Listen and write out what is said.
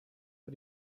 but